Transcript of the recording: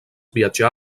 viatjà